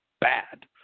Bad